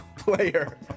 player